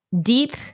deep